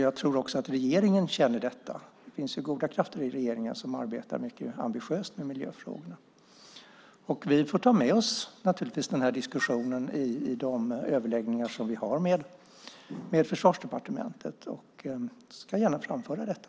Jag tror att också regeringen känner detta. Det finns goda krafter i regeringen som arbetar mycket ambitiöst med miljöfrågorna. Vi får ta med oss den här diskussionen i de överläggningar som vi har med Försvarsdepartementet. Jag ska gärna framföra detta.